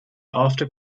after